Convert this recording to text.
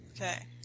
Okay